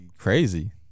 Crazy